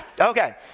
Okay